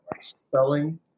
Spelling